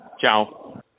Ciao